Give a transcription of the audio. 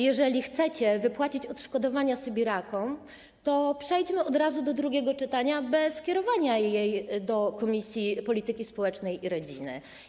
Jeżeli chcecie wypłacić odszkodowania sybirakom, to przejdźmy od razu do drugiego czytania, bez kierowania projektu ustawy do Komisji Polityki Społecznej i Rodziny.